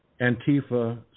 Antifa